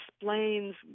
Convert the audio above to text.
explains